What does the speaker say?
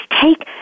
take